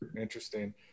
Interesting